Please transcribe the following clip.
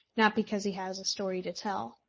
not because he has a story to tell.